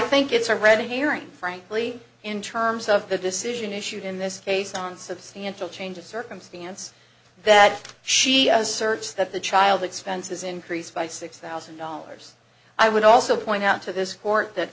think it's a red herring frankly in terms of the decision issued in this case on substantial change of circumstance that she has searched that the child expenses increase by six thousand dollars i would also point out to this court that